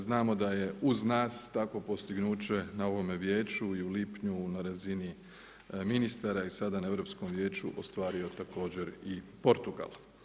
Znamo da je uz nas tako postignuće na ovome vijeću i u lipnju na razini ministara i sada na Europskom vijeću, ostvario također i Portugal.